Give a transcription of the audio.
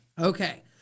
Okay